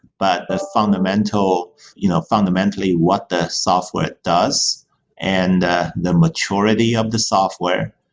but ah fundamentally you know fundamentally what the software does and the the maturity of the software,